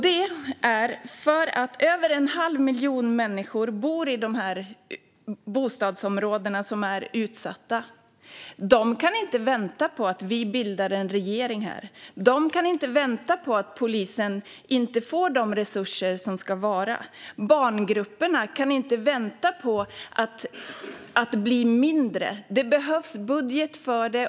Det är för att över en halv miljon människor bor i de bostadsområden som är utsatta. De kan inte vänta på att vi bildar en regering. De kan inte vänta på att polisen får de resurser som ska vara. Barngrupperna kan inte vänta på att bli mindre. Det behövs budget för det.